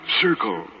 circle